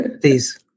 Please